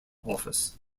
office